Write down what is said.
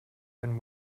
been